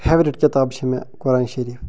favourite کِتاب چھِ مےٚ قُرآنِ شریٖف